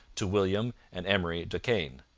to william and emery de caen.